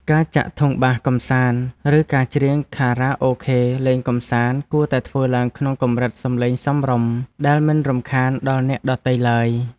ការចាក់ធុងបាសកម្សាន្តឬការច្រៀងខារ៉ាអូខេលេងកម្សាន្តគួរតែធ្វើឡើងក្នុងកម្រិតសំឡេងសមរម្យដែលមិនរំខានដល់អ្នកដទៃឡើយ។